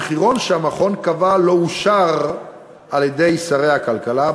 המחירון שהמכון קבע לא אושר על-ידי שרי הכלכלה,